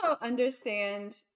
understand